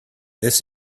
this